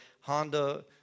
Honda